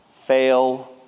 fail